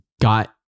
got